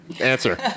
answer